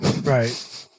Right